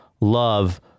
love